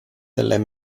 del